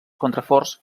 contraforts